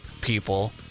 people